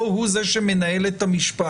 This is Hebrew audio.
לא הוא זה שמנהל את המשפט,